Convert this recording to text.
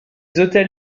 hôtels